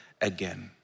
again